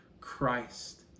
Christ